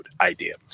idea